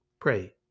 Pray